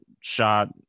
shot